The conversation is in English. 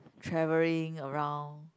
travelling around